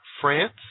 France